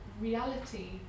reality